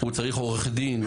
הוא צריך עורך דין,